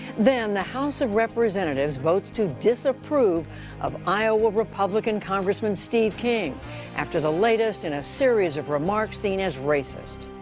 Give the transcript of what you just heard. then the house of representatives votes to disapprove of iowa republican congressman steve king after the latest in a series of remarks seen as racist.